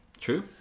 True